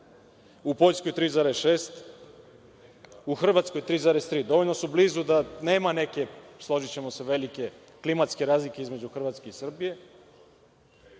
u Poljskoj 3,6%, u Hrvatskoj 3,3%, dovoljno su blizu da nema neke, složićemo se, velike klimatske razlike između Hrvatske i Srbije,